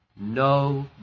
No